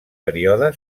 període